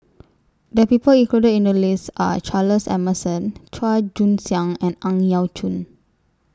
The People included in The list Are Charles Emmerson Chua Joon Siang and Ang Yau Choon